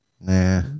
Nah